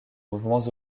mouvements